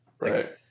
right